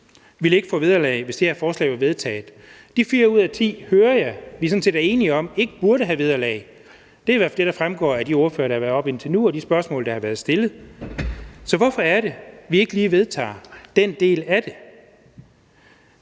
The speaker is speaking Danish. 10 ikke ville få vederlag, hvis det her forslag blev vedtaget. De 4 ud af 10 hører jeg sådan set vi er enige om ikke burde have vederlag. Det er i hvert fald det, der fremgår af de ordførere, der har været oppe indtil nu, og af de spørgsmål, der er blevet stillet. Så hvorfor er det, vi ikke lige vedtager den del af det?